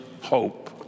hope